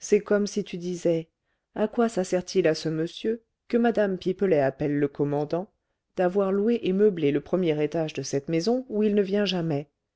c'est comme si tu disais à quoi ça sert-il à ce monsieur que mme pipelet appelle le commandant d'avoir loué et meublé le premier étage de cette maison où il ne vient jamais